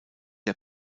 der